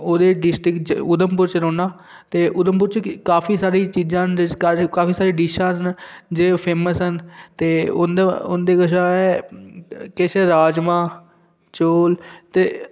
ओह्दे च डिस्ट्रिक्ट च उधमपुर च रौह्न्ना ते उधमपुर च काफी सारी चीजां न जिस करी काफी सारी डिशां न जे ओह् फेमस न ते उं'दा उं'दे कशा ऐ किश राजमांह् चौल ते